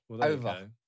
Over